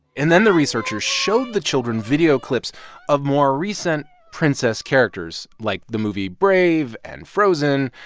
and then the researchers showed the children video clips of more recent princess characters, like the movie brave and frozen,